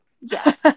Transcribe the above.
Yes